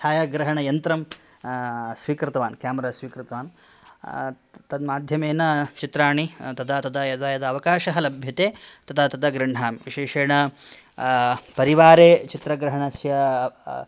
छायाग्रहणयन्त्रं स्वीकृतवान् केमरा स्वीकृतवान् तन्माध्यमेन चित्राणि तदा तदा यदा यदा अवकाशः लभ्यते तदा तदा गृह्णामि विशेषेण परिवारे चित्रग्रहणस्य